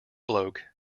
bloke